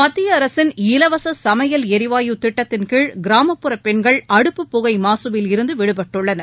மத்திய அரசின் இலவச சமையல் எரிவாயு திட்டத்தின் கீழ் கிராமப்புற பெண்கள் அடுப்புப் புகை மாசுவில் இருந்து விடுபட்டுள்ளனர்